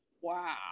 wow